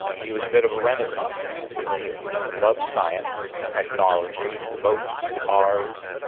he was a bit of a renaissance man too, he loved science, technology, boats, cars,